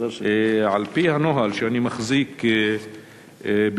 על-פי הנוהל שאני מחזיק בידי,